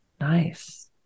Nice